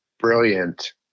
brilliant